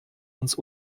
uns